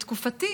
בתקופתי